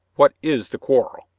what is the quarrel?